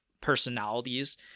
personalities